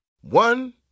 One